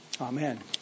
Amen